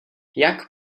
jak